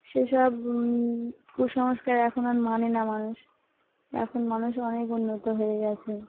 সেসব কুসংস্কার এখন আর মানে না মানুষ এখন মানুষ অনেক উন্নত হয়ে গেছে